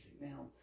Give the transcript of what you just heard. Now